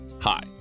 Hi